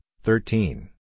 thirteen